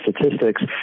statistics